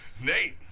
Nate